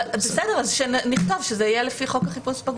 בסדר, נכתוב שזה יהיה לפי חוק החיפוש בגוף.